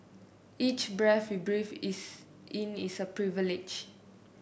each breath we breathe is in is a privilege